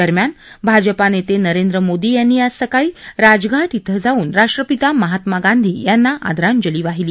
दरम्यान भाजपा नेते नरेंद्र मोदी यांनी आज सकाळी राजघाट ॐ जाऊन राष्ट्रपिता महात्मा गांधी यांना आदरांजली वाहिली